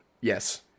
Yes